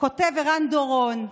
כותב ערן דורון: